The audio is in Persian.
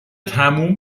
تموم